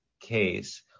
case